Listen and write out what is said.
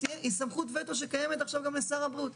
היא סמכות וטו שקיימת עכשיו גם לשר הבריאות.